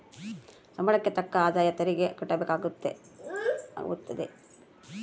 ಸಂಬಳಕ್ಕೆ ತಕ್ಕ ಆದಾಯ ತೆರಿಗೆ ಕಟ್ಟಬೇಕಾಗುತ್ತದೆ